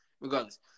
regardless